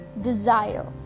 Desire